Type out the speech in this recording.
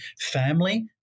family